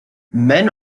men